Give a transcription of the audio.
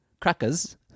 crackers